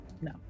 No